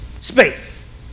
Space